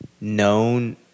known